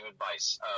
advice